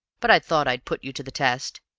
but i thought i'd put you to the test.